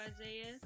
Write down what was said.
Isaiah